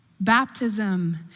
Baptism